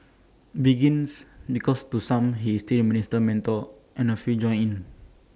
begins because to some he is still minister mentor and A few join in